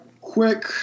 Quick